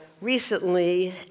recently